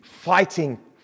fighting